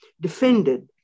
defended